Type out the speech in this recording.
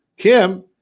Kim